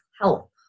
help